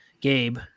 Gabe